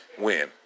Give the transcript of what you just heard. win